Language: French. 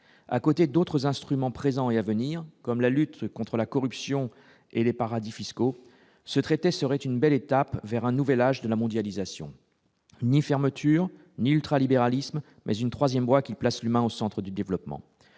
à côté d'autres instruments présents et à venir, comme la lutte contre la corruption et les paradis fiscaux, ce traité serait une belle étape vers un nouvel âge de la mondialisation, ni fermeture ni ultra-libéralisme mais une 3ème voie qui place l'humain au centre du développement,